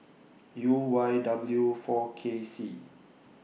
U Y W four K C